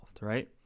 right